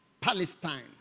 Palestine